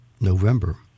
November